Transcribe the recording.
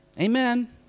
Amen